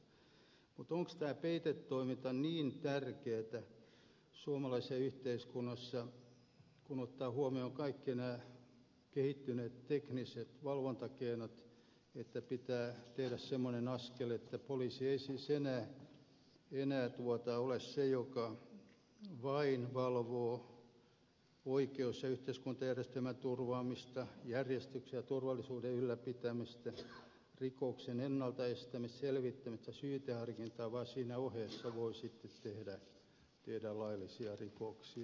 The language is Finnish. mutta onko tämä peitetoiminta niin tärkeätä suomalaisessa yhteiskunnassa kun ottaa huomioon kaikki nämä kehittyneet tekniset valvontakeinot että pitää tehdä semmoinen askel että poliisi ei siis enää ole se joka vain valvoo oikeus ja yhteiskuntajärjestelmän turvaamista järjestyksen ja turvallisuuden ylläpitämistä rikoksen ennalta estämistä selvittämistä syyteharkintaa vaan siinä ohessa voi sitten tehdä laillisia rikoksia